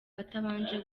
atabanje